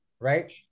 right